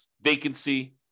vacancy